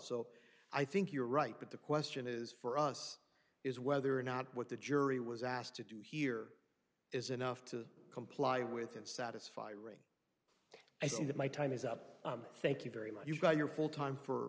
so i think you're right but the question is for us is whether or not what the jury was asked to do here is enough to comply with and satisfy ring i think that my time is up thank you very much you got your full time for